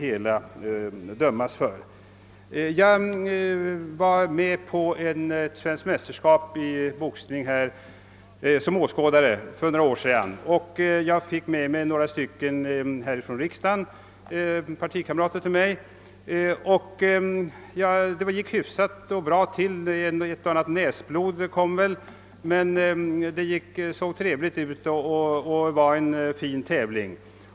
Jag deltog för några år sedan — som åskådare — i ett svenskt mästerskap i boxning och hade också fått med mig några partikamrater från riksdagen. Det gick hyfsat till. I ett par fall uppstod näsblod men det såg ändock trevligt ut och tävlingen var fin.